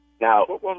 Now